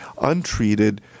untreated